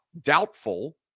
Doubtful